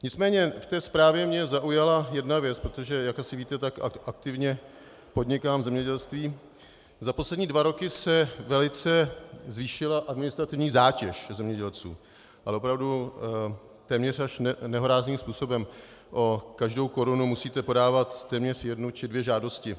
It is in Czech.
Nicméně v té zprávě mě zaujala jedna věc, protože jak asi víte, tak aktivně podnikám v zemědělství, za poslední dva roky se velice zvýšila administrativní zátěž zemědělců, opravdu téměř až nehorázným způsobem, o každou korunu musíte podávat téměř jednu či dvě žádosti.